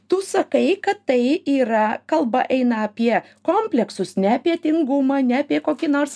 tu sakai kad tai yra kalba eina apie kompleksus ne apie tingumą ne apie kokį nors